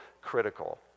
critical